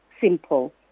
simple